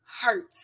hurt